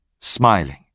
smiling